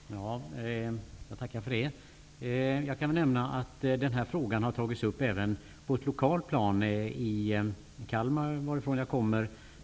Herr talman! Jag tackar för det. Jag kan nämna att denna fråga även har tagits upp på ett lokalt plan, nämligen i Kalmar varifrån jag kommer.